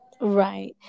Right